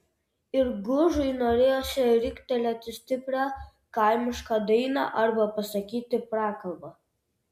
ir gužui norėjosi riktelėti stiprią kaimišką dainą arba pasakyti prakalbą